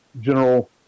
general